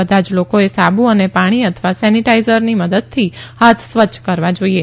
બધા જ લોકોએ સાબુ અને પાણી અથવા સેનીટાઇઝરની મદદથી હાથ સ્વચ્છ કરવા જોઇએ